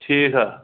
ٹھیٖک حظ